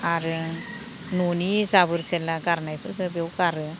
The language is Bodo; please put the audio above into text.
आरो न'नि जाबोर जेला गारनायफोरखो बेयाव गारो